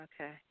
okay